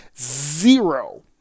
Zero